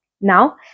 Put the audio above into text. Now